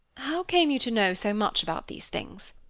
how came you to know so much about these things?